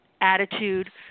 attitude